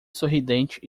sorridente